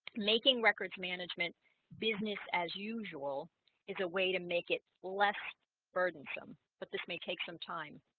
making records management business as usual is a way to make it less burdensome, but this may take some time